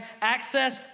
access